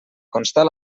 constar